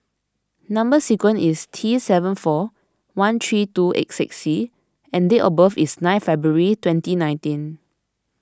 Number Sequence is T seven four one three two eight six C and date of birth is nine February twenty nineteen